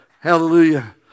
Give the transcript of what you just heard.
hallelujah